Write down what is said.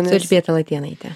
su elžbieta latėnaite